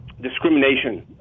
discrimination